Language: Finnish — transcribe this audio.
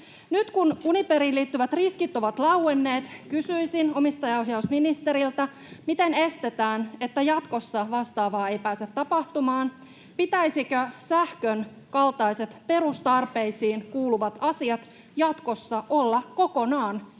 Nyt kun Uniperiin liittyvät riskit ovat lauenneet, kysyisin omistajaohjausministeriltä: Miten estetään, että jatkossa vastaavaa ei pääse tapahtumaan? Pitäisikö sähkön kaltaiset perustarpeisiin kuuluvat asiat jatkossa olla kokonaan julkisessa